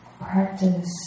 practice